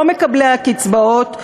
לא ממקבלי הקצבאות,